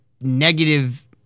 negative